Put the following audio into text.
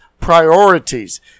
priorities